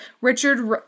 Richard